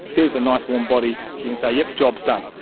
there's a nice warm body, you can say yes, job's done.